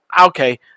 Okay